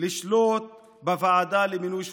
לשלוט בוועדה למינוי שופטים,